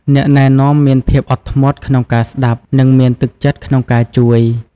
អ្នកណែនាំមានភាពអត់ធ្មត់ក្នុងការស្តាប់ និងមានទឹកចិត្តក្នុងការជួយ។